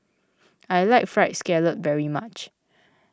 I like Fried Scallop very much